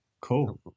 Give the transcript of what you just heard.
cool